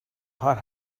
hot